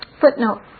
Footnote